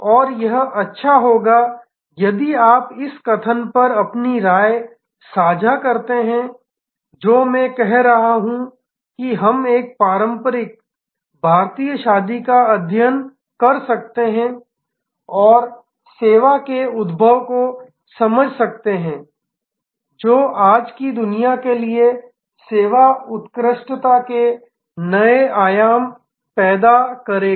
और यह अच्छा होगा यदि आप इस कथन पर अपनी राय साझा करते हैं जो मैं कर रहा हूं कि हम एक पारंपरिक भारतीय शादी का अध्ययन कर सकते हैं और सेवा के उद्भव को समझ सकते हैं जो आज की दुनिया के लिए सेवा उत्कृष्टता के नए आयाम पैदा करेगा